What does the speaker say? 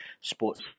sports